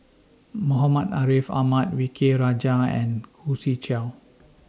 Muhammad Ariff Ahmad V K Rajah and Khoo Swee Chiow